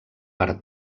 per